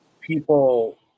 People